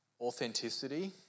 authenticity